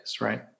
right